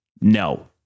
No